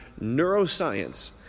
neuroscience